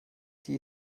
die